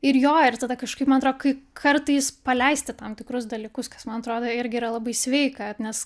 ir jo ir tada kažkaip man atro kai kartais paleisti tam tikrus dalykus kas man atrodo irgi yra labai sveika nes